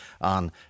on